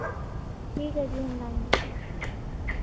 ठीक है जी हम लाएँगे